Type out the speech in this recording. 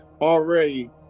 Already